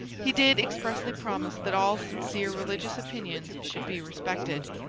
he did expressly promise that all sincere religious opinions should be respected.